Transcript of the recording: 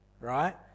right